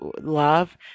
love